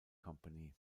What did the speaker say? company